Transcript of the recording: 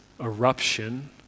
eruption